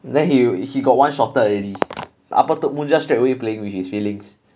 then he he got one shorter already upper third moon straight away playing with his feelings